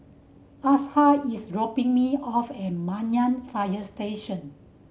Asha is dropping me off at Banyan Fire Station